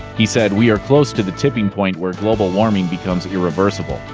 he said we are close to the tipping point where global warming becomes irreversible.